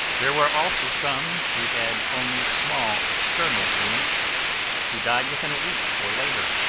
there were also some who had only small external wounds who died within a week or later,